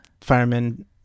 firemen